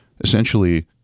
essentially